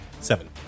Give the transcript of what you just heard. Seven